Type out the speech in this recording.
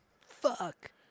Fuck